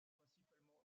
principalement